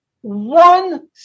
one